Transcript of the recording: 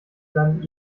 dann